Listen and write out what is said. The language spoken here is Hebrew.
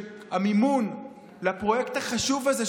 שהמימון לפרויקט החשוב הזה,